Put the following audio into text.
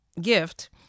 gift